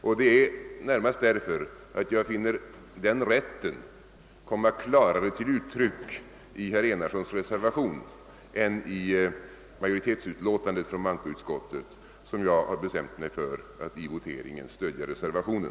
Och det är närmast därför att jag finner den rätten vara klarare uttryckt i reservationen av herr Enarsson än i utskottsmajoritetens skrivning som jag har bestämt mig för att i voteringen stödja reservationen.